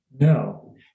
No